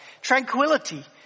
tranquility